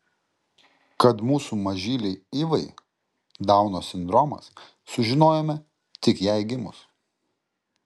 kad mūsų mažylei ivai dauno sindromas sužinojome tik jai gimus